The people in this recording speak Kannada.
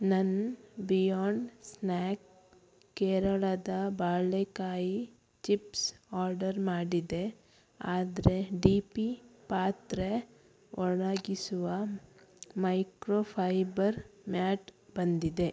ನನ್ನ ಬಿಯೊಂಡ್ ಸ್ನ್ಯಾಕ್ ಕೇರಳದ ಬಾಳೆಕಾಯಿ ಚಿಪ್ಸ್ ಆರ್ಡರ್ ಮಾಡಿದ್ದೆ ಆದರೆ ಡಿ ಪಿ ಪಾತ್ರೆ ಒಣಗಿಸುವ ಮೈಕ್ರೋಫೈಬರ್ ಮ್ಯಾಟ್ ಬಂದಿದೆ